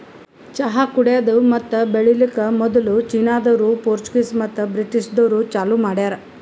ಚಹಾ ಕುಡೆದು ಮತ್ತ ಬೆಳಿಲುಕ್ ಮದುಲ್ ಚೀನಾದೋರು, ಪೋರ್ಚುಗೀಸ್ ಮತ್ತ ಬ್ರಿಟಿಷದೂರು ಚಾಲೂ ಮಾಡ್ಯಾರ್